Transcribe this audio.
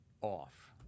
off